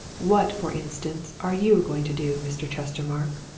what, for instance, are you going to do, mr. chestermarke?